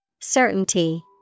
Certainty